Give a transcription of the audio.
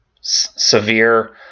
severe